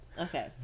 Okay